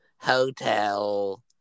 hotel